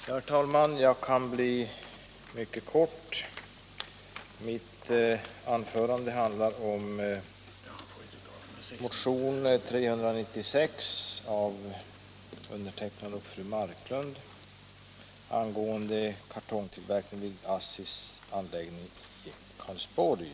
Herr talman! Jag kan fatta mig mycket kort. Mitt anförande kommer att röra sig om utskottets behandling av motionen 396 av fru Marklund och mig om kartongtillverkningen vid ASSI:s anläggningar i Karlsborgsverken.